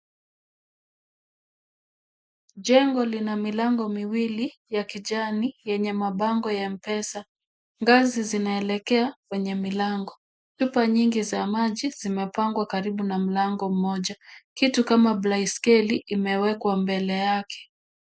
Jengo lina milango miwili ya kijani na yenye mabango ya Mpesa ngazi zinaelekea kwenye milango. Chupa nyingi za maji zimepangwa karibu na mlango mmoja. Kitu kama baiskeli imewekwa mbele yake.